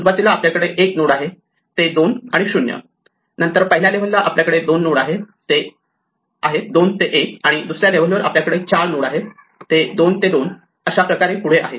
सुरवातीला आपल्याकडे 1 नोड आहे 2 ते 0 नंतर पहिल्या लेव्हलवर आपल्याकडे 2 नोड आहेत 2 ते 1 आणि दुसऱ्या लेव्हलवर आपल्याकडे 4 नोड आहेत 2 ते 2 आणि अशा प्रकारे ते पुढे आहे